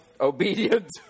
obedient